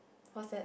what's that